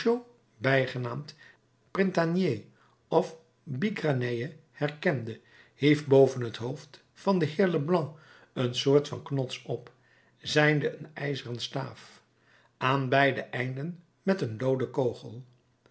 bijgenaamd printanier of bigrenaille herkende hief boven het hoofd van den heer leblanc een soort van knots op zijnde een ijzeren staaf aan beide einden met een looden kogel